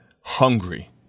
hungry